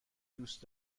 دوست